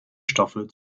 stoffe